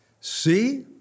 See